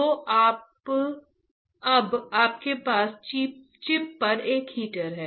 तो अब आपके पास चिप पर एक हीटर है